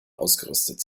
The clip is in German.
ausgerüstet